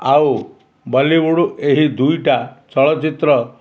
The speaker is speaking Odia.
ଆଉ ବଲିଉଡ଼୍ ଏହି ଦୁଇଟା ଚଳଚ୍ଚିତ୍ର